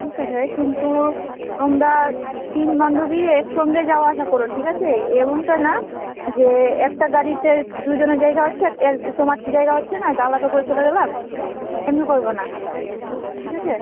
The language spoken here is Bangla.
ঠিক আছে কিন্তু তোমরা তিন বান্ধবী একসঙ্গে যাওয়া আসা করো ঠিক আছে এমনটা না যে একটা গাড়িতে দু জনের জায়গা হচ্ছে এর তোমার জায়গা হচ্ছে না তা আলাদা করে চলে গেলাম এমনি করবে না ঠিক আছে